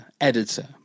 editor